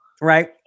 Right